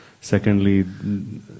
secondly